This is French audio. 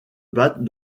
battent